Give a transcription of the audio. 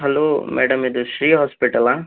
hello madam ಇದು ಶ್ರೀ ಹಾಸ್ಪಿಟಲಾ